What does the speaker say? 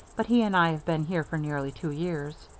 but he and i have been here for nearly two years.